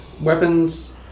weapons